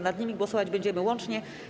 Nad nimi głosować będziemy łącznie.